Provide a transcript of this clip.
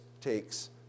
takes